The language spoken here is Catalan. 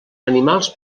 animals